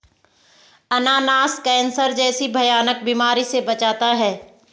अनानास कैंसर जैसी भयानक बीमारी से बचाता है